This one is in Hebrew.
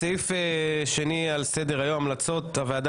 הסעיף השני על סדר היום הוא המלצות הוועדה